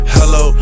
Hello